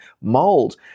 mold